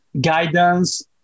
guidance